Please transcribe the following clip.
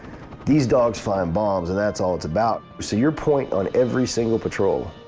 these dogs find bombs and that's all it's about. so you're point on every single patrol.